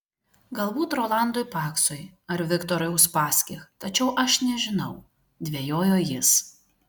galbūt rolandui paksui ar viktorui uspaskich tačiau aš nežinau dvejojo jis